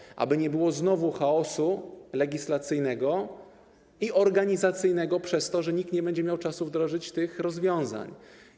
Chodzi o to, żeby nie było znowu chaosu legislacyjnego i organizacyjnego przez to, że nikt nie będzie miał czasu wdrożyć tych rozwiązań.